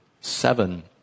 seven